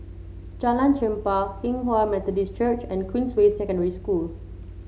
Jalan Chempah Hinghwa Methodist Church and Queensway Secondary School